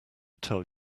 tell